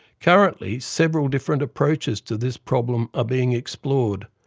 currently several different approaches to this problem are being explored,